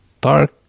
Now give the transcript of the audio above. dark